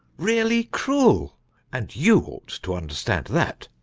really cruel and you ought to understand that.